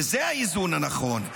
וזה האיזון הנכון,